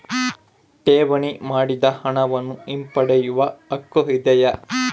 ಠೇವಣಿ ಮಾಡಿದ ಹಣವನ್ನು ಹಿಂಪಡೆಯವ ಹಕ್ಕು ಇದೆಯಾ?